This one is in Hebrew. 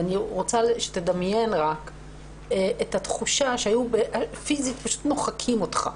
ואני רוצה שתדמיין רק שהיו פיזית פשוט מוחקים אותך.